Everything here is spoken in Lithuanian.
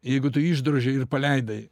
jeigu tu išdrožei ir paleidai